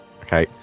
okay